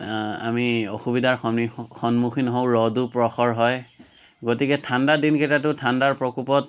আমি অসুবিধাৰ সনি সন্মুখীন হওঁ ৰ'দো প্ৰখৰ হয় গতিকে ঠাণ্ডা দিনকেইটাতো ঠাণ্ডাৰ প্ৰকোপত